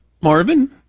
Marvin